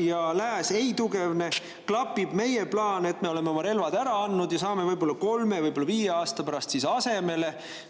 ja lääs ei tugevne, klapib meie plaan, et me oleme oma relvad ära andnud, aga me saame võib-olla kolme või viie aasta pärast [uued]